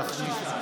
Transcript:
לא,